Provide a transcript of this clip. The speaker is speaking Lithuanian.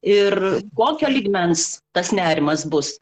ir kokio lygmens tas nerimas bus